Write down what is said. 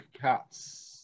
cats